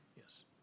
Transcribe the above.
Yes